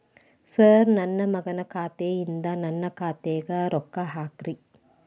sir ನನ್ನ ಮಗನ ಖಾತೆ ಯಿಂದ ನನ್ನ ಖಾತೆಗ ರೊಕ್ಕಾ ಹಾಕ್ರಿ